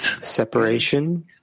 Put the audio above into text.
separation